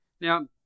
Now